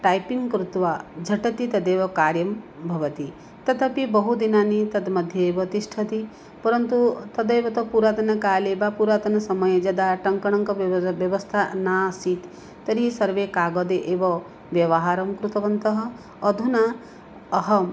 typing कृत्वा झटिति तदेव कार्यं भवति तदपि बहुदिनानि तद् मध्ये एव तिष्ठति परन्तु तदेव तु पुरातनकाले वा पुरातनसमये यदा टङ्कणङ्क व्यव व व्यवस्था नासीत् तर्हि सर्वे कागदे एव व्यवहारं कृतवन्तः अधुना अहं